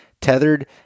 Tethered